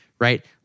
right